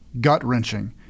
gut-wrenching